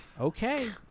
Okay